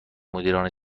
مدیران